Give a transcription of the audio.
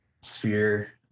sphere